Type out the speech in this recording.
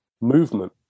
movement